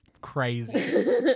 crazy